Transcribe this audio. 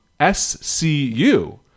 SCU